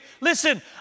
Listen